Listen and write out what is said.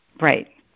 Right